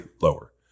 lower